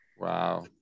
Wow